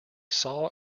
saw